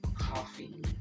coffee